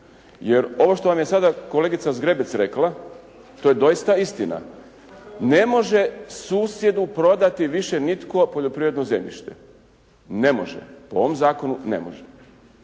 Jer ovo što vam je sada kolegica Zgrebec rekla to je doista istina. Ne može susjedu prodati više nitko poljoprivredno zemljište. Ne može. Po ovom zakonu ne može.